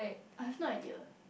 I've no idea